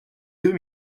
deux